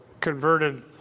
converted